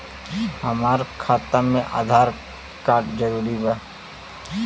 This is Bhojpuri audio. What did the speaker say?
हमार खाता में आधार कार्ड जरूरी बा?